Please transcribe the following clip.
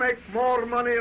make more money